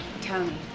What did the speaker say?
Tony